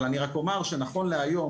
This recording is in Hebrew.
אבל אני רק אומר שנכון להיום,